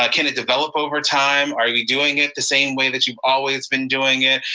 ah can it develop over time? are you doing it the same way that you've always been doing it?